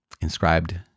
inscribed